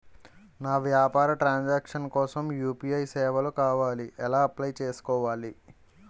నా వ్యాపార transaction కోసం యు.పి.ఐ సేవలు కావాలి ఎలా అప్లయ్ చేసుకోవాలి?